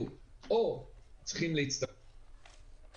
רגע על כמות המפעלים: דובר על 450 מפעלים.